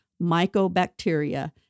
mycobacteria